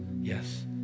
Yes